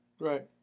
right